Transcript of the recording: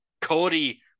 Cody